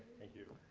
thank you